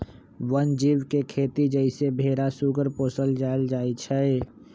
वन जीव के खेती जइसे भेरा सूगर पोशल जायल जाइ छइ